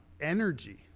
energy